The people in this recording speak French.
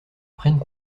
prennent